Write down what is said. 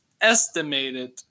estimated